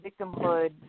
victimhood